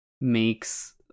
makes